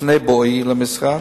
לפני בואי למשרד,